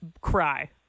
cry